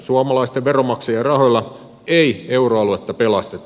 suomalaisten veronmaksajien rahoilla ei euroaluetta pelasteta